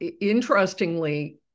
interestingly